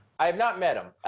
i have not met him.